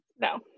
no